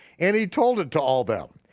and he told it to all them.